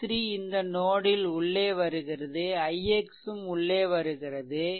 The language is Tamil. i3 இந்த நோட் ல் உள்ளே வருகிறது ix ம் உள்ளே வருகிறது